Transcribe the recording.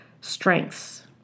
strengths